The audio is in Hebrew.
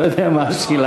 אני לא יודע מה השאלה.